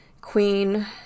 Queen